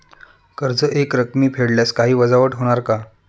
कर्ज एकरकमी फेडल्यास काही वजावट होणार का?